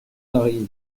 arrive